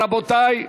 שמית, רבותי.